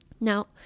Now